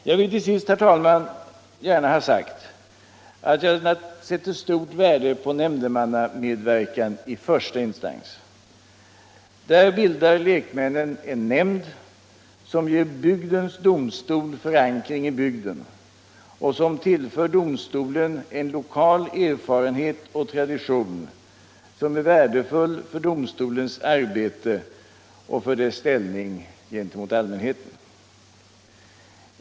Jag vill till sist, herr talman, gärna ha sagt att jag sätter stort värde på nämndemannamedverkan i första instans. Där bildar lekmännen en nämnd som ger bygdens domstol förankring i bygden och som tillför domstolen en lokal erfarenhet och tradition som är värdefull för domstolens arbete och för dess ställning gentemot allmänheten.